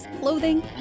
clothing